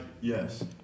Yes